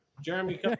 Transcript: Jeremy